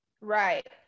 Right